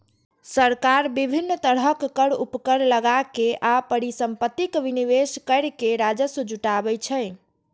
सरकार विभिन्न तरहक कर, उपकर लगाके आ परिसंपत्तिक विनिवेश कैर के राजस्व जुटाबै छै